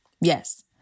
Yes